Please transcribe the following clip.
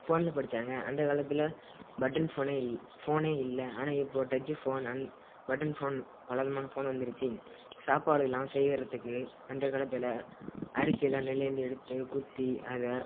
ஃபோனில் படித்தாங்க அந்த காலத்தில் பட்டன் ஃபோனே இல் ஃபோனே இல்லை ஆனால் இப்போது டச்சி ஃபோன் பட்டன் ஃபோன் பலவிதமான ஃபோன் வந்துருச்சு சாப்பாடுலாம் செய்கிறத்துக்கு அந்த காலத்தில் அரிசியெல்லாம் நெல்லுலேந்து எடுத்து குத்தி அதை